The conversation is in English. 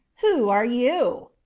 who are you?